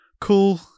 cool